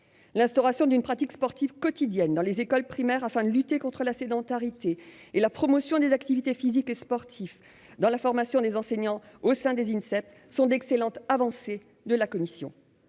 L'instauration d'une pratique sportive quotidienne dans les écoles primaires pour lutter contre la sédentarité et la promotion des activités physiques et sportives dans la formation des enseignants au sein des Inspé sont d'excellentes avancées à mettre